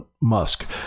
Musk